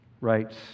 writes